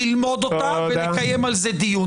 ללמוד אותה ונקיים על זה דיון.